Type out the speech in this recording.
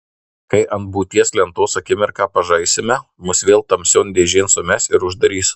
kai ant būties lentos akimirką pažaisime mus vėl tamsion dėžėn sumes ir uždarys